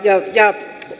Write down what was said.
ja